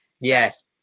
Yes